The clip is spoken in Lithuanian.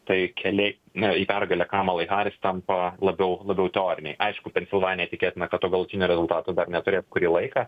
tai keliai na į pergalę kamalai harris tampa labiau labiau teoriniai aišku pensilvanija tikėtina kad to galutinio rezultato dar neturės kurį laiką